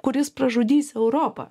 kuris pražudys europą